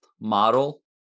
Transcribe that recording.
model